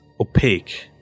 opaque